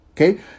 Okay